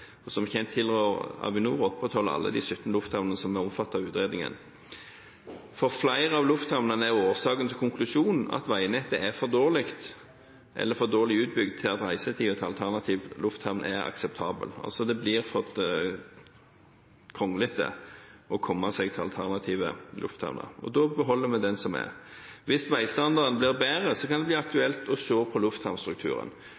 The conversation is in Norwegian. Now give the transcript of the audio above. Som kjent tilrår Avinor å opprettholde alle de 17 lufthavnene som er omfattet av utredningen. For flere av lufthavnene er årsaken til konklusjonen at veinettet er for dårlig eller for dårlig utbygd til at reisetid til alternativ lufthavn er akseptabel – det er altså for kronglete å komme seg til alternative lufthavner, og da beholder vi den som er. Hvis veistandarden blir bedre, kan det bli aktuelt å se på lufthavnstrukturen.